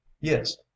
yes